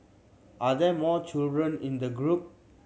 are there more children in the group